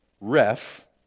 ref